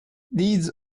deeds